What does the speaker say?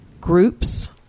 groups